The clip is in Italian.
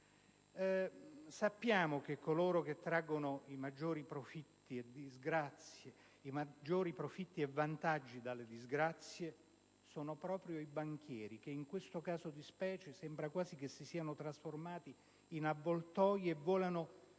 Sappiamo che coloro che traggono i maggiori profitti e vantaggi delle disgrazie sono proprio i banchieri, che in questo caso di specie sembra quasi che si siano trasformati in avvoltoi e volano